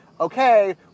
okay